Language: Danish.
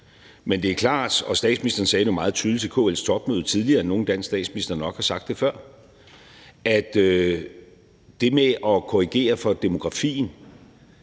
Men det er klart – og statsministeren sagde det meget tydeligt til KL's topmøde, tydeligere end nogen dansk statsminister nok har sagt det før – at det med at korrigere for demografien